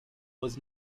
was